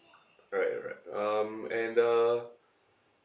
alright alright um and the